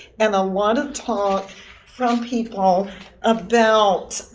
and a lot of talk from people about